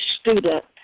student